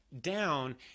down